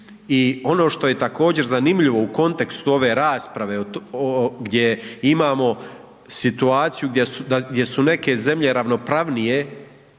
I ono što je također zanimljivo u kontekstu ove rasprave gdje imamo situaciju gdje su neke zemlje ravnopravnije